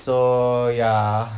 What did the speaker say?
so ya